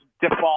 Default